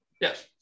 Yes